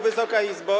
Wysoka Izbo!